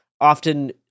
often